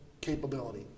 capability